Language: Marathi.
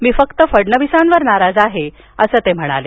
मी फक्त फडणवीसांवर नाराज आहे असं ते म्हणाले